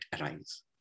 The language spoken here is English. arise